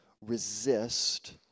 resist